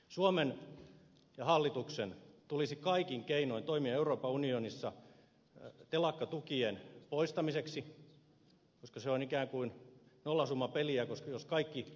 suomen ja hallituksen tulisi kaikin keinoin toimia euroopan unionissa telakkatukien poistamiseksi koska se on ikään kuin nollasummapeliä jos kaikki maat tukevat